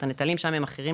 הנטלים שם אחרים